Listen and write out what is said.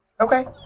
Okay